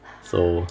so